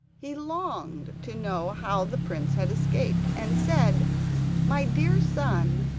he longed to know how the prince had escaped, and said my dear son,